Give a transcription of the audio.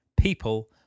people